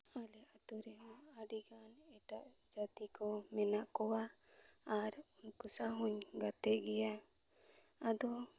ᱟᱞᱮ ᱟᱛᱩ ᱨᱮᱦᱚᱸ ᱟᱹᱰᱤᱜᱟᱱ ᱮᱴᱟᱜ ᱡᱟᱹᱛᱤ ᱠᱚ ᱢᱮᱱᱟᱜ ᱠᱚᱣᱟ ᱟᱨ ᱩᱱᱠᱩ ᱥᱟᱶ ᱦᱚᱧ ᱜᱟᱛᱮᱜ ᱜᱮᱭᱟ ᱟᱫᱚ